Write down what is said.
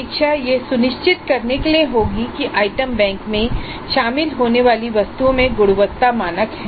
समीक्षा यह सुनिश्चित करने के लिए होगी कि आइटम बैंक में शामिल होने वाली वस्तुओं में गुणवत्ता मानक हैं